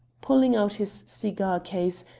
pulling out his cigar-case,